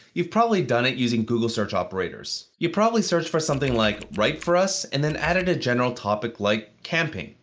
you've probably done it using google search operators. you'd probably searched for something like write for us and then added a general topic like camping.